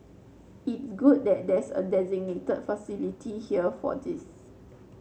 it's good that there's a designated facility here for this